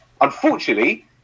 Unfortunately